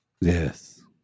Yes